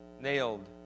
nailed